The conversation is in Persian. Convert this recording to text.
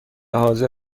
حاضر